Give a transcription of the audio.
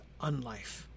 unlife